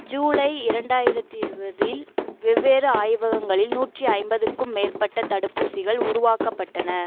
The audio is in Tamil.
ஜூலை இரண்டாயிரத்தி இருபதில் வெவ்வேறு ஆய்வகங்களில் நூற்றி ஐம்பதுக்கும் மேற்பட்ட தடுப்பூசிகள் உருவாக்கப்பட்டன